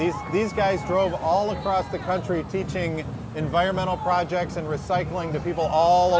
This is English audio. these these guys drove all across the country teaching environmental projects and recycling to people all